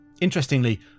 Interestingly